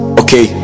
okay